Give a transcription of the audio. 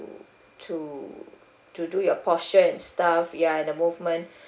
to to do your posture and stuff ya and the movement